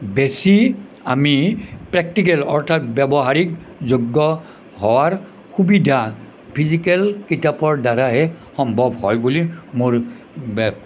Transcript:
বেছি আমি প্ৰেক্টিকেল অৰ্থাৎ ব্য়ৱহাৰিক যোগ্য় হোৱাৰ সুবিধা ফিজিকেল কিতাপৰ দ্বাৰাহে সম্ভৱ হয় বুলি মোৰ